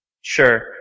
Sure